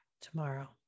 tomorrow